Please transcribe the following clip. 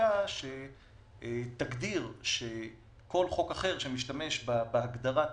פסקה שתגדיר שכל חוק אחר שמשתמש בהגדרת הנגב,